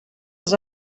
els